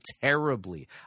terribly